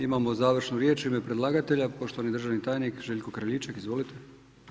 Imamo završnu riječ, u ime predlagatelja, poštovani državni tajnik, Željko Kraljičak, izvolite.